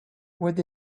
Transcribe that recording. what